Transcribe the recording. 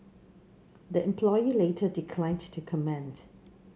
the employee later declined to comment